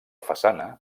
façana